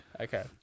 Okay